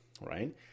right